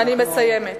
אני מסיימת.